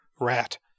Rat